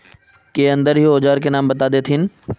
के अंदर ही औजार के नाम बता देतहिन?